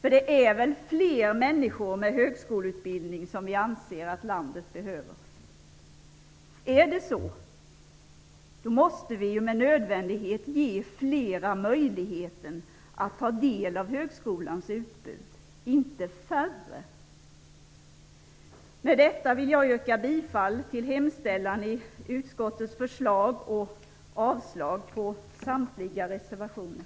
Det är väl fler människor med högskoleutbildning som vi anser att landet behöver? Är det så, måste vi ju med nödvändighet ge flera möjligheten att ta del av högskolans utbud, inte färre. Med detta vill jag yrka bifall till hemställan i utskottets betänkande och avslag på samtliga reservationer.